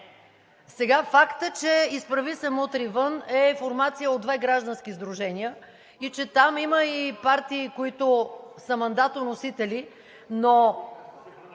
Сега фактът, че „Изправи се! Мутри вън!“ е формация от две граждански сдружения и там има партии, които са мандатоносители…